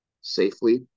safely